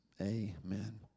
Amen